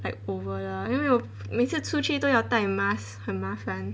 like over lah 因为我每次出去都要戴 mask 很麻烦